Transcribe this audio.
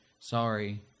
sorry